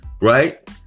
Right